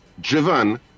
driven